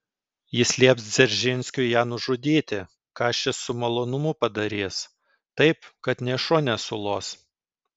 jis lieps dzeržinskiui ją nužudyti ką šis su malonumu padarys taip kad nė šuo nesulos